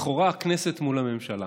לכאורה, הכנסת מול הממשלה.